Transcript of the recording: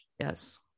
Yes